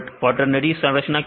quaternary संरचना क्या है